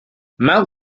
mount